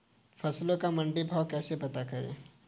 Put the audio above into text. फसलों का मंडी भाव कैसे पता करें?